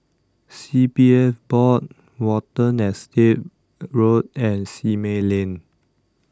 C P F Board Watten Estate Road and Simei Lane